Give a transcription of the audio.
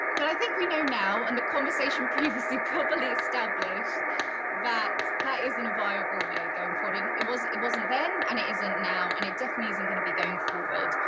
but i think we know now under conversation previously probably established that that isn't a viable way going forward. it it was. it wasn't then, and it isn't now, and it definitely isn't going to be going forward.